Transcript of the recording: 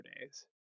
days